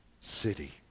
City